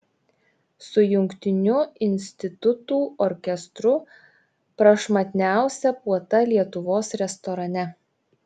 su jungtiniu institutų orkestru prašmatniausia puota lietuvos restorane